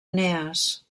enees